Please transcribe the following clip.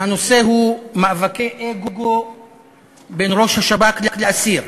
הנושא הוא מאבקי אגו בין ראש השב"כ לאסיר.